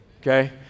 okay